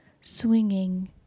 swinging